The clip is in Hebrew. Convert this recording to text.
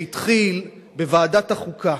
שהתחיל בוועדת החוקה